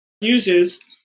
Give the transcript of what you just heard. uses